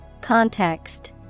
Context